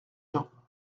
gens